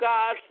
God